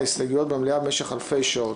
ההסתייגויות במליאה במשך אלפי שעות.